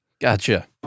Gotcha